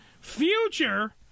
future